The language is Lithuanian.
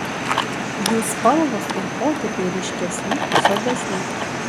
jų spalvos ir potėpiai ryškesni sodresni